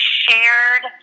shared